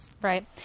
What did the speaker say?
Right